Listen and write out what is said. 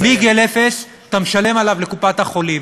מגיל אפס אתה משלם עליו לקופת-החולים,